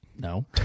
No